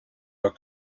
are